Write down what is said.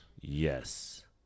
Yes